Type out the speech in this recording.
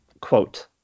quote